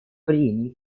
прений